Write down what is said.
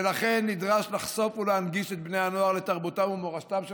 ולכן נדרש לחשוף ולהנגיש את בני הנוער לתרבותם ומורשתם של